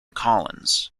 collins